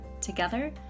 Together